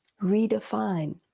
redefine